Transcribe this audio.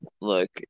look